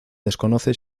desconoce